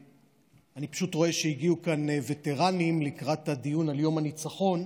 אני פשוט רואה שהגיעו לכאן וטרנים לקראת הדיון על יום הניצחון,